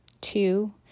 two